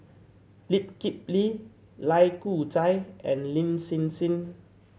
Lee Kip Lee Lai Kew Chai and Lin Hsin Hsin